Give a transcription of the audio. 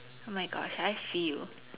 oh my gosh I feel